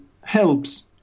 helps